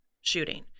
shooting